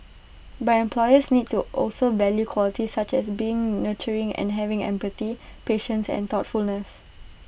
but employers needs to also value qualities such as being nurturing and having empathy patience and thoughtfulness